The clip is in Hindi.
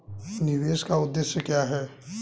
निवेश का उद्देश्य क्या है?